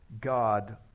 God